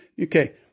okay